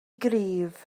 gryf